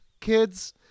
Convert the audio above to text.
kids